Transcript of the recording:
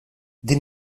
din